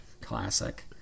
Classic